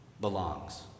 belongs